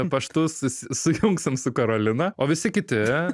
paštu su sujungsim su karolina o visi kiti